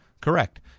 Correct